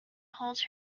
holds